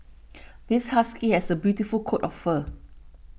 this husky has a beautiful coat of fur